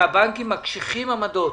שהבנקים מקשיחים עמדות